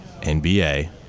NBA